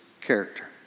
character